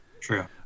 True